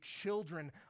children